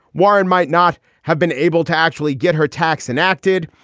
warren might not have been able to actually get her tax enacted.